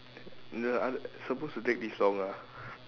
the other supposed to take this long ah